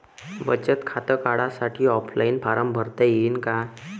बचत खातं काढासाठी ऑफलाईन फारम भरता येईन का?